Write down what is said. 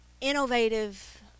innovative